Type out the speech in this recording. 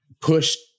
pushed